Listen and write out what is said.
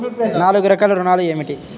నాలుగు రకాల ఋణాలు ఏమిటీ?